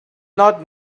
not